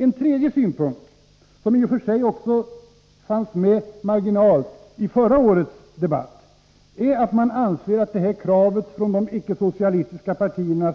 En tredje synpunkt, som i och för sig också fanns med marginellt i föregående års debatt, är att man anser att kravet från de icke-socialistiska partierna